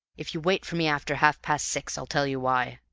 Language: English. if you wait for me after half-past six i'll tell you why.